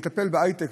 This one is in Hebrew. לטפל בהיי-טק,